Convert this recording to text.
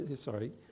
Sorry